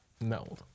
No